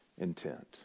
intent